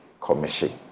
commission